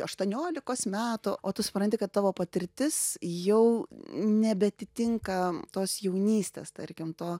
aštuoniolikos metų o tu supranti kad tavo patirtis jau nebeatitinka tos jaunystės tarkim to